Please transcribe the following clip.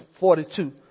42